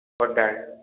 order